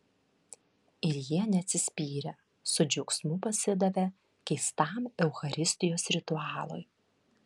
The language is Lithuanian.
ir jie neatsispyrė su džiaugsmu pasidavė keistam eucharistijos ritualui